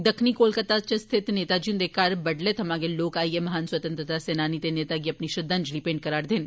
दक्खनी कोलकाता च स्थित नेता जी हन्दे घर बड्डलै सवां गै लोक आइयै महान स्वतंत्रता सेनानी ते नेता गी अपनी श्रद्वांजलि भेंट करा रदे न